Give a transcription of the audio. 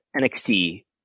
NXT